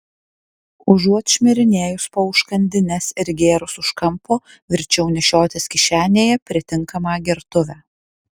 užuot šmirinėjus po užkandines ir gėrus už kampo verčiau nešiotis kišenėje pritinkamą gertuvę